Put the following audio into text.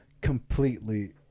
completely